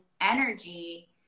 energy